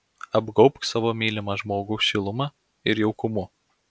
apgaubk savo mylimą žmogų šiluma ir jaukumu